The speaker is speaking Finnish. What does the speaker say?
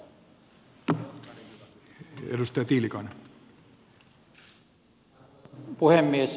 arvoisa puhemies